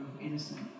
innocent